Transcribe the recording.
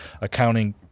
accounting